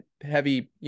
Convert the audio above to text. heavy